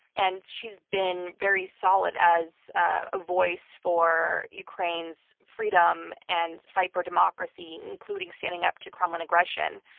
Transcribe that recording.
and she's been very solid as a voice for ukraine's freedom and fight for democracy, including standing up to kremlin aggression.